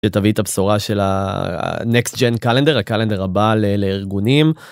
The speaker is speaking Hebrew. תביא את הבשורה של הנקסט גן קלנדר הקלנדר הבא לארגונים.